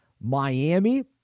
Miami